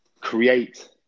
create